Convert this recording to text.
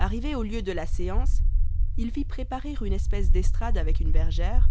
arrivé au lieu de la séance il fit préparer une espèce d'estrade avec une bergère